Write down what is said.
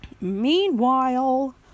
Meanwhile